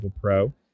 Pro